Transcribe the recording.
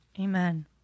Amen